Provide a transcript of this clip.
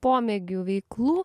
pomėgių veiklų